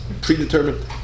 predetermined